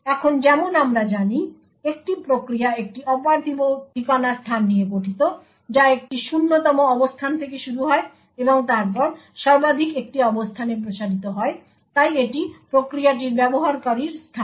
এখন যেমন আমরা জানি একটি প্রক্রিয়া একটি অপার্থিব ঠিকানা স্থান নিয়ে গঠিত যা একটি 0 তম অবস্থান থেকে শুরু হয় এবং তারপর সর্বাধিক একটি অবস্থানে প্রসারিত হয় তাই এটি প্রক্রিয়াটির ব্যবহারকারীর স্থান